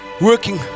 working